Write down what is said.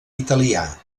italià